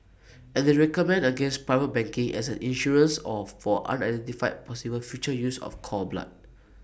and they recommend against private banking as an insurance or for unidentified possible future use of cord blood